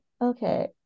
Okay